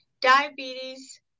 diabetes